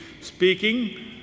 Speaking